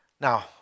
Now